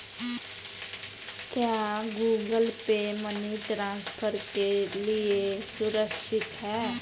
क्या Google Pay money transfer के लिए सुरक्षित है?